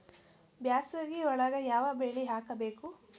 ಬ್ಯಾಸಗಿ ಒಳಗ ಯಾವ ಬೆಳಿ ಹಾಕಬೇಕು?